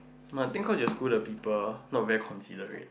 no I think your school the people not very considerate